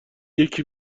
یکی